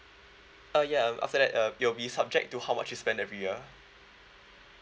ah ya after that uh it'll be subject to how much you spend every year